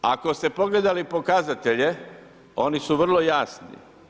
Ako ste pogledali pokazatelje, oni su vrlo jasni.